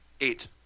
Eight